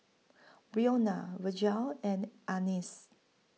Brionna Virgel and Annice